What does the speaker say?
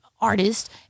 artist